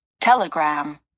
Telegram